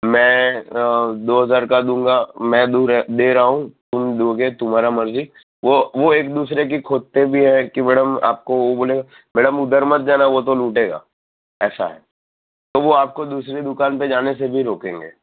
મેં દો હજાર કા દુંગા મેં દે રહા હું તુમ દોગે તુમ્હારા મરજી વો એક દૂસરે કી ખોદતે ભી હૈ કે મેડમ આપકો વો બોલેગા મેડમ ઊધર મત જાના વો તો લૂટેગા ઐસા હૈ વો આપકો દૂસરી દુકાન પે જાને સે ભી રોકેંગે